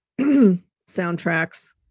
soundtracks